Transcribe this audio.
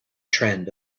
trend